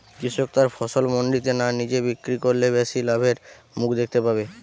কৃষক তার ফসল মান্ডিতে না নিজে বিক্রি করলে বেশি লাভের মুখ দেখতে পাবে?